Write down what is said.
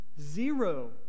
Zero